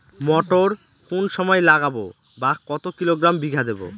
মটর কোন সময় লাগাবো বা কতো কিলোগ্রাম বিঘা দেবো?